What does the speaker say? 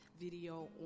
video